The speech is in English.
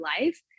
life